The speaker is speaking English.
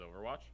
Overwatch